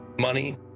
money